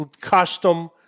custom